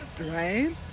right